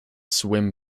swim